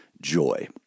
joy